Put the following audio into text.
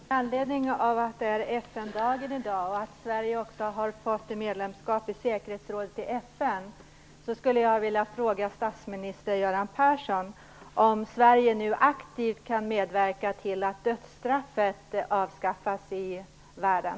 Fru talman! Med anledning av att det är FN-dagen i dag och av att Sverige har fått ett medlemskap i säkerhetsrådet i FN skulle jag vilja fråga statsminister Göran Persson om Sverige nu aktivt kan medverka till att dödsstraffet avskaffas i världen.